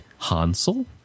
Hansel